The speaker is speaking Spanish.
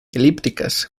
elípticas